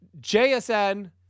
JSN